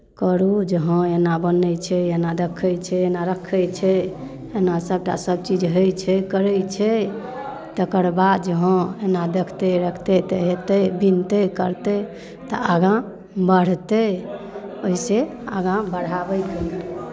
करू जे हँ एना बनै छै एना दखै छै एना रखै छै एना सभटा सभचीज होइ छै करै छै तकर बाद जे हँ एना देखतै रखतै तऽ अयतै बिनतै करतै तऽ आगाँ बढ़तै एहिसँ आगाँ बढ़ाबयके